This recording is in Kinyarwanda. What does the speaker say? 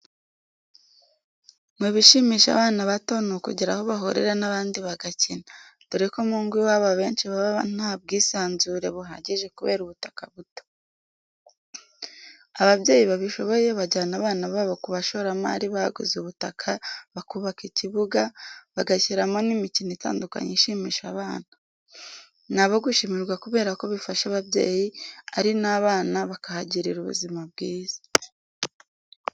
Mu bishimisha abana bato ni ukugira aho bahurira n'abandi bagakina. Dore ko mu ngo iwabo abenshi baba ntabwisanzure buhagije kubera ubutaka buto. Ababyeyi babishoboye bajyana abana babo ku bashoramari baguze ubutaka bakubaka ibibuga, bagashyiramo n'imikino itandukanye ishimisha abana. Ni abo gushimirwa kubera ko bifasha ababyeyi, ari n'abana bakahagirira ubuzima bwiza.